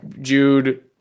Jude